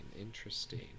Interesting